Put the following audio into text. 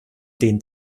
den